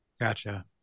Gotcha